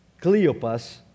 Cleopas